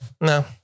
no